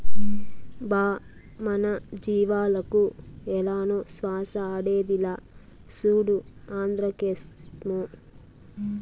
బా మన జీవాలకు ఏలనో శ్వాస ఆడేదిలా, సూడు ఆంద్రాక్సేమో